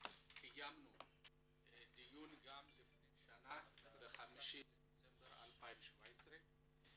מקיימים היום דיון במסגרת יום זכויות האדם הבינלאומי שמציינת הכנסת.